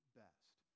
best